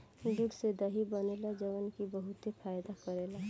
दूध से दही बनेला जवन की बहुते फायदा करेला